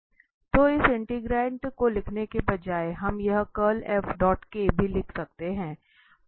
तो इस इंटीग्रैंट को लिखने के बजाय हम यह भी लिख सकते हैं